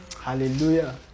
Hallelujah